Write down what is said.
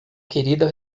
querida